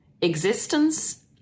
existence